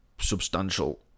substantial